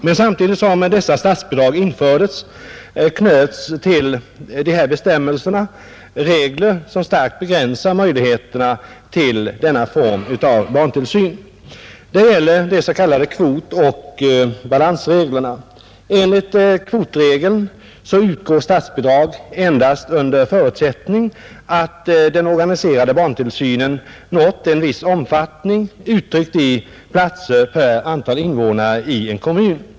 Men samtidigt som dessa statsbidrag infördes knöts till bestämmelserna regler som starkt begränsar möjligheterna till denna form av barntillsyn, nämligen de s.k. kvotoch balansreglerna, Enligt kvotregeln utgår statsbidrag endast under förutsättning att den organiserade barntillsynen nått en viss omfattning, uttryckt i platser per antal invånare i en kommun.